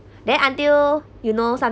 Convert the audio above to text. then until you know some